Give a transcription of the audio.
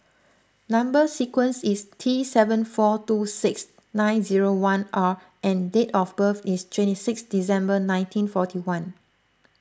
Number Sequence is T seven four two six nine zero one R and date of birth is twenty six December nineteen forty one